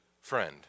friend